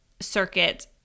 circuit